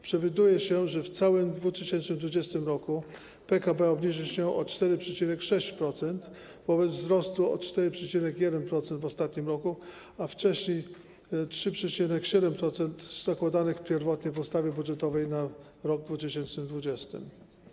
Przewiduje się, że w całym 2020 r. PKB obniży się o 4,6% wobec wzrostu o 4,1% w ostatnim roku, a wcześniej 3,7% - zakładanego pierwotnie w ustawie budżetowej na rok 2020.